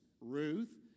Ruth